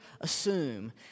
assume